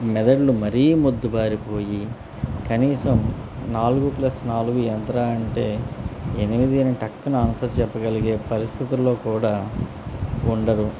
మెదడ్లు మరీ మొద్దుబారిపోయి కనీసం నాలుగు ప్లస్ నాలుగు ఎంతరా అంటే ఎనిమిది అని టక్కున ఆన్సర్ చెప్పగలిగే పరిస్థితుల్లో కూడా ఉండరు